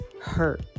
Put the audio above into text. hurt